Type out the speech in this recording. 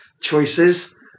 choices